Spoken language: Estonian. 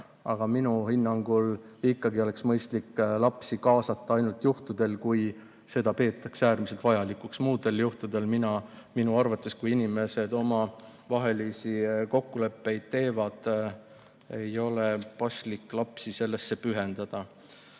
Aga minu hinnangul ikkagi oleks mõistlik lapsi kaasata ainult juhtudel, kui seda peetakse äärmiselt vajalikuks. Muudel juhtudel minu arvates, kui inimesed omavahelisi kokkuleppeid teevad, ei ole paslik lapsi sellesse pühendada.